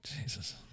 Jesus